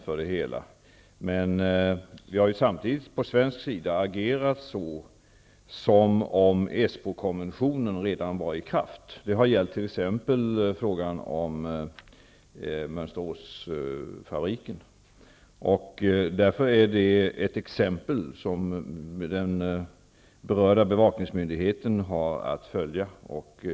Från svensk sida har vi emellertid agerat som om Esbokonventionen redan är i kraft. Det har t.ex. gällt frågan om Mönsteråsfabriken. Därför är det ett exempel som den berörda bevakningsmyndigheten har att följa.